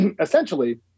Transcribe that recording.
essentially